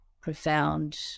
profound